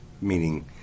meaning